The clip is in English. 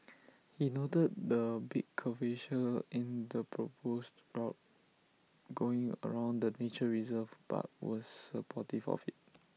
he noted the big curvature in the proposed route going around the nature reserve but was supportive of IT